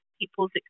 people's